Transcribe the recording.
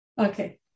Okay